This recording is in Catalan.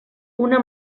una